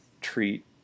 treat